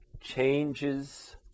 changes